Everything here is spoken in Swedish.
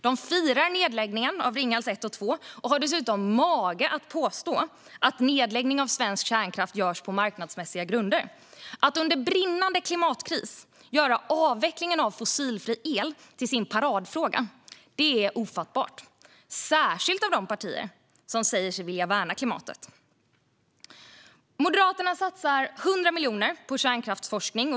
De firar nedläggningen av Ringhals 1 och 2 och har dessutom mage att påstå att nedläggningen av svensk kärnkraft görs på marknadsmässiga grunder. Att man under brinnande klimatkris gör avvecklingen av fossilfri el till sin paradfråga är ofattbart. Det gäller särskilt de partier som säger sig vilja värna klimatet. Moderaterna satsar 100 miljoner på kärnkraftsforskning.